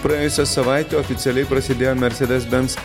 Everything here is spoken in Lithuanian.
praėjusią savaitę oficialiai prasidėjo mercedes benz